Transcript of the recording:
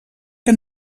que